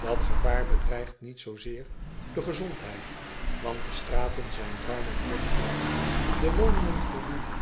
at gevaar bedreigt niet zoozeer de gezondheid want de straten zijn ruim en luchtig de woningen voldoende